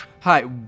Hi